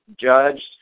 judged